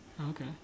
okay